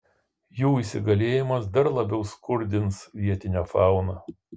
jų įsigalėjimas dar labiau skurdins vietinę fauną